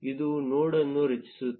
ಇದು ನೋಡ್ಅನ್ನು ರಚಿಸುತ್ತದೆ